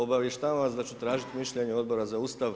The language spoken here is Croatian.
Obavještavam vas da ću tražiti mišljenje Odbora za Ustav.